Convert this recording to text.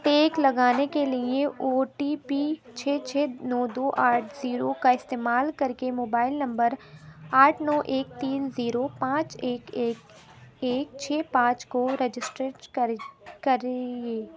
ٹیک لگانے کے لیے او ٹی پی چھ چھ نو دو آٹھ زیرو کا استعمال کر کے موبائل نمبر آٹھ نو ایک تین زیرو پانچ ایک ایک ایک چھ پانچ کو رجسٹر کریں کریے